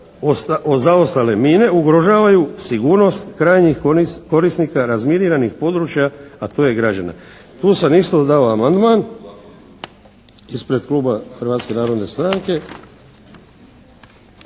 zaostale mine ugrožavaju sigurnost krajnjih korisnika razminiranih područja a to je građana. Tu sam isto dao amandman ispred kluba Hrvatske narodne stranke.